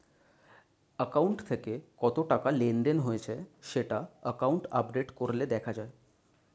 account থেকে কত টাকা লেনদেন হয়েছে সেটা অ্যাকাউন্ট আপডেট করলে দেখা যায়